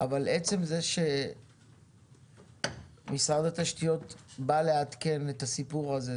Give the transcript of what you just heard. אבל עצם זה שמשרד התשתיות בא לעדכן את הסיפור הזה,